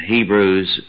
Hebrews